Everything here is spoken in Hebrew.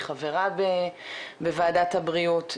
היא חברה בוועדת הבריאות,